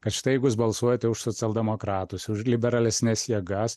kad štai jeigu jūs balsuojate už socialdemokratus už liberalesnes jėgas